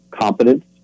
competence